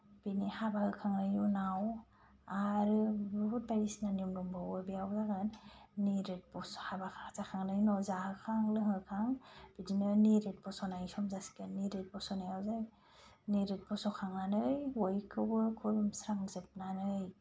बेनि हाबा होखांनायनि उनाव आरो बुहुद बायदिसिना नियम दंबावो बेयाव जागोन निरिद बस'नाय हाबा जाखांनायनि उनाव जाहोखां लोंहोखां बिदिनो निरिद बस'नाय सम जासिगोन निरिद बस'नायाव निरिद बस'खांनानै बयखौबो खुलुमस्रांजोबनानै